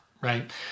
right